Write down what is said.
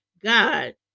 God